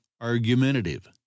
argumentative